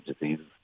diseases